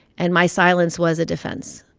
and my silence was a defense.